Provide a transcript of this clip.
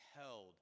held